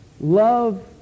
Love